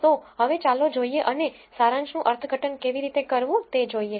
તો હવે ચાલો જોઈએ અને સારાંશનું અર્થઘટન કેવી રીતે કરવું તે જોઈએ